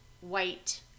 white